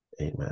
Amen